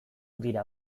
dira